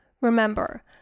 Remember